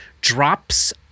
drops